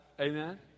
Amen